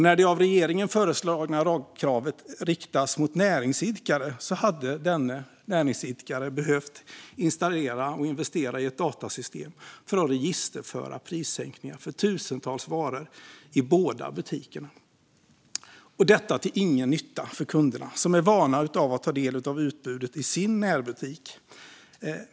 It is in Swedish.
När det av regeringen föreslagna lagkravet riktas mot näringsidkare skulle denne näringsidkare behöva investera i och installera ett datasystem för att registerföra prissänkningar för tusentals varor i båda butikerna. Detta är inte till någon nytta för kunderna, som är vana vid att ta del av utbudet i sin närbutik.